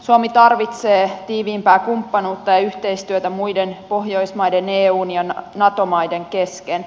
suomi tarvitsee tiiviimpää kumppanuutta ja yhteistyötä muiden pohjoismaiden eun ja nato maiden kesken